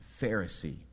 Pharisee